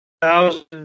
thousand